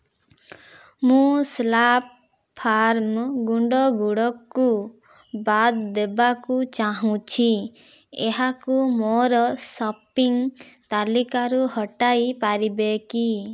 ମୁଁ Slurp Farm ଗୁଣ୍ଡ ଗୁଡ଼କୁ ବାଦ୍ ଦେବାକୁ ଚାହୁଁଛି ଏହାକୁ ମୋର ସପିଂ ତାଲିକାରୁ ହଟାଇ ପାରିବେ କି